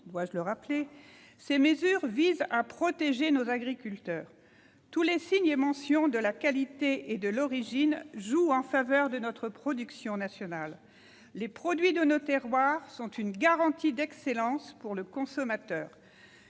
dois-je le rappeler ? -protéger nos agriculteurs. Tous les signes et mentions de la qualité et de l'origine jouent en faveur de notre production nationale. Les produits de nos terroirs sont une garantie d'excellence pour le consommateur.